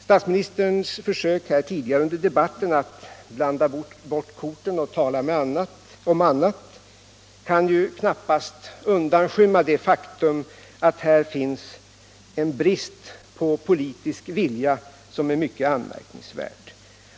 Statsministerns försök här tidigare under debatten att blanda bort korten och tala om annat kan knappast undanskymma det faktum att regeringen dokumenterat en brist på politisk vilja som är mycket anmärkningsvärd.